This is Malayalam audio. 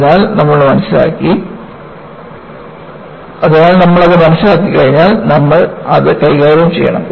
അതിനാൽ നമ്മൾ അത് മനസ്സിലാക്കി കഴിഞ്ഞാൽ നമ്മൾ അത് കൈകാര്യം ചെയ്യണം